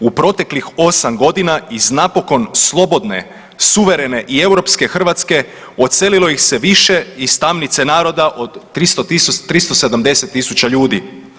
U proteklih 8 godina, iz napokon slobodne, suverene i europske Hrvatske odselilo ih se više iz tamnice naroda od 370 tisuća ljudi.